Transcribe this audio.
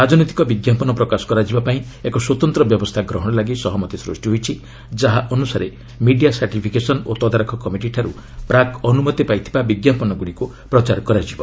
ରାଜନୈତିକ ବିଜ୍ଞାପନ ପ୍ରକାଶ କରାଯିବାପାଇଁ ଏକ ସ୍ୱତନ୍ତ୍ର ବ୍ୟବସ୍ଥା ଗ୍ରହଣ ଲାଗି ସହମତି ସୃଷ୍ଟି ହୋଇଛି ଯାହା ଅନୁସାରେ ମିଡିଆ ସାର୍ଟିଫିକେସନ୍ ଓ ତଦାରଖ କମିଟିଠାରୁ ପ୍ରାକ୍ ଅନୁମତି ପାଇଥିବା ବିଜ୍ଞାପନଗୁଡ଼ିକୁ ପ୍ରଚାର କରାଯିବ